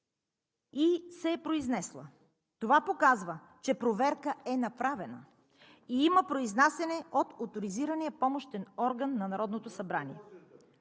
и се е произнесла. Това показва, че проверка е направена и има произнасяне от оторизирания помощен орган на Народното събрание.